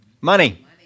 Money